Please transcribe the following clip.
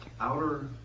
outer